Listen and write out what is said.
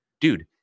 Dude